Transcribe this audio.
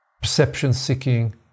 perception-seeking